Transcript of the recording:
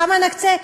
כמה נקצה?